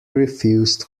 refused